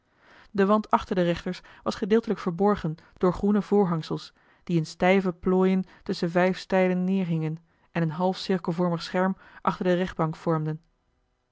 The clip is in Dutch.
de wand achter de rechters was gedeeltelijk verborgen door groene voorhangsels die in stijve plooien tusschen vijf stijlen neerhingen en een halfcirkelvormig scherm achter de rechtbank vormden